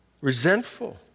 resentful